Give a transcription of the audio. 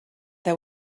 they